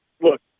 Look